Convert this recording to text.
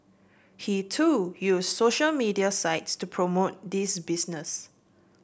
he too used social media sites to promote this business